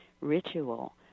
ritual